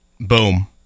boom